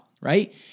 right